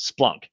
Splunk